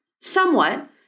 Somewhat